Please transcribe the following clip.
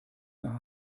nach